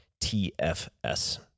TFS